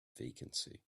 vacancy